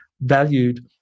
valued